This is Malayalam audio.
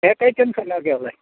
കേക്ക് ഐറ്റംസ് എന്തൊക്കെയാണ് ഉള്ളത്